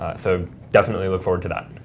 ah so definitely look forward to that.